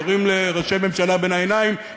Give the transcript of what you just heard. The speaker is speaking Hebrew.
יורים לראשי ממשלה בין העיניים,